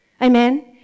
amen